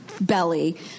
belly